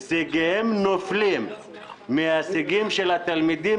הישגיהם נופלים מההישגים של התלמידים